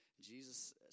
Jesus